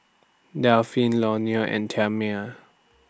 Delphine Leonor and Thelma